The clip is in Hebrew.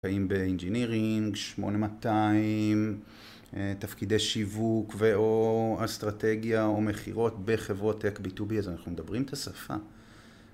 אם בEngineering, 8200, תפקידי שיווק ו/או אסטרטגיה או מכירות בחברות טק B2B, אז אנחנו מדברים את השפה.